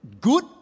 good